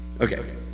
Okay